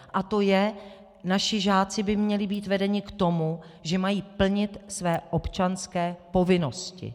A to je, že naši žáci by měli být vedeni k tomu, že mají plnit své občanské povinnosti.